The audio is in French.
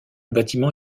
bâtiment